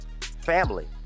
Family